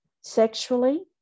sexually